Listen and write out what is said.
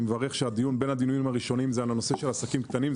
אני מברך שבין הדיונים הראשונים זה על הנושא של עסקים קטנים.